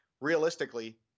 realistically